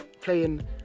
playing